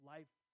Life